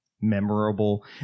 memorable